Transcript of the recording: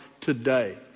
today